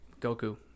Goku